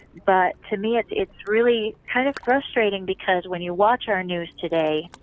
but to me it's it's really kind of frustrating, because when you watch our news today,